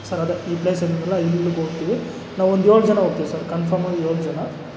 sir ಅದೇ ಈ ಪ್ಲೇಸಂದ್ನಲ್ಲ ಇಲ್ಲಿಗೆ ಹೋಗ್ತೀವಿ ನಾವೊಂದು ಏಳು ಜನ ಹೋಗ್ತೀವಿ ಸರ್ ಕನ್ಫರ್ಮ್ಮಾಗಿ ಏಳು ಜನ